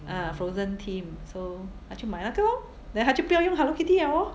ah Frozen theme so 她就买那个 lor then 她就不要用 Hello Kitty liao lor